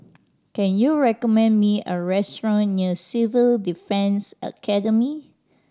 can you recommend me a restaurant near Civil Defence Academy